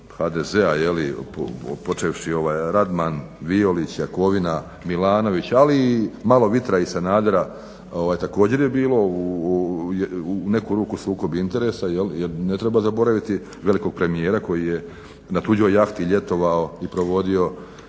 HDZ-a, počevši Radman, Violić, Jakovina, Milanović, ali i malo vitra Sanadera također je bilo u neku ruku sukob interesa jer ne treba zaboraviti velikog premijera koji je na tuđoj jahti ljetovao i provodio,